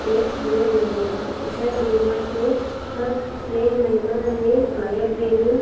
check कयो वेंदो आहे असांजे डी माट में हर टे महीना में फायर ट्रेनिंग